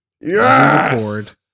yes